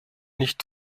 nicht